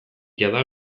jada